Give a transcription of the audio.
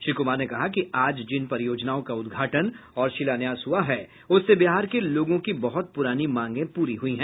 श्री कुमार ने कहा कि आज जिन परियोजनाओं का उद्घाटन और शिलान्यास हुआ है उससे बिहार के लोगों की बहुत पुरानी मांगें पूरी हुई हैं